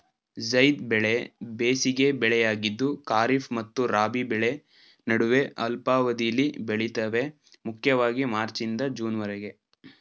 ಝೈದ್ ಬೆಳೆ ಬೇಸಿಗೆ ಬೆಳೆಯಾಗಿದ್ದು ಖಾರಿಫ್ ಮತ್ತು ರಾಬಿ ಬೆಳೆ ನಡುವೆ ಅಲ್ಪಾವಧಿಲಿ ಬೆಳಿತವೆ ಮುಖ್ಯವಾಗಿ ಮಾರ್ಚ್ನಿಂದ ಜೂನ್ವರೆಗೆ